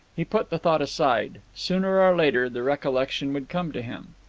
he put the thought aside. sooner or later the recollection would come to him.